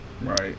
Right